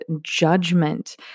judgment